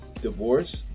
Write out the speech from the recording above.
divorce